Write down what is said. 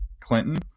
Clinton